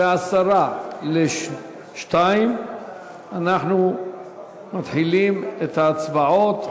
ב-1:50 אנחנו מתחילים את ההצבעות.